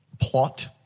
Plot